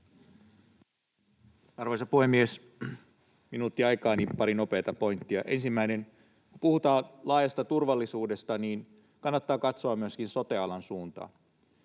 Arvoisa puhemies! Minuutti aikaa, niin pari nopeata pointtia. Ensimmäinen: Kun puhutaan laajasta turvallisuudesta, niin kannattaa katsoa myöskin sote-alan suuntaan.